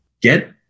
Get